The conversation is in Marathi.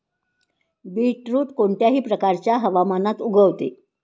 बीटरुट कोणत्याही प्रकारच्या हवामानात उगवते